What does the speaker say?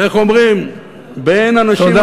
איך אומרים, תודה.